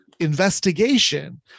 investigation